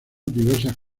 diversas